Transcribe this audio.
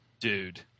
Dude